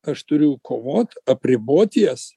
aš turiu kovot apribot jas